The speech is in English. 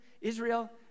Israel